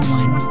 one